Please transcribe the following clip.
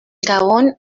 gabón